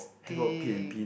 think